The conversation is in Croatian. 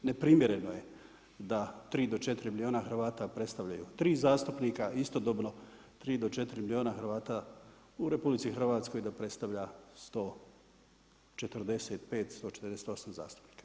Neprimjereno je da 3 do 4 milijuna Hrvata predstavljaju 3 zastupnika, a istodobno 3 do 4 milijuna Hrvata u RH da predstavlja 145, 148 zastupnika.